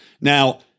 Now